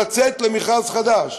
לצאת למכרז חדש,